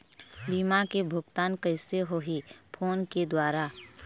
बीमा के भुगतान कइसे होही फ़ोन के द्वारा?